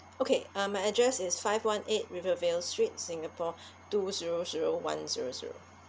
okay uh my address is five one eight rivervale street singapore two zero zero one zero zero